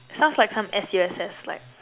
sounds like some S_U_S_S like